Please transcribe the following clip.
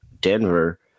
denver